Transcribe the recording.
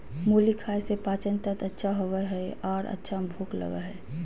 मुली खाय से पाचनतंत्र अच्छा होबय हइ आर अच्छा भूख लगय हइ